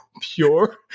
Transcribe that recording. pure